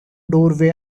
doorway